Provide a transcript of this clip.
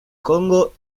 congo